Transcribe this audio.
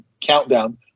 countdown